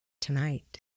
tonight